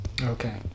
Okay